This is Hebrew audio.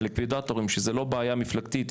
הליקווידטורים שזו לא בעיה מפלגתית,